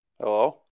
Hello